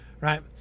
right